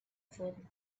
food